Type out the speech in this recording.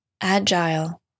agile